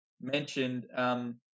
mentioned